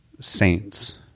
saints